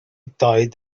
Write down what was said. tied